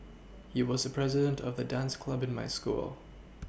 he was the president of the dance club in my school